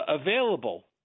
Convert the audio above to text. available